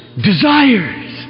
desires